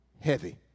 heavy